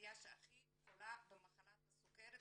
האוכלוסייה שהכי חולה במחלת הסוכרת,